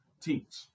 Teach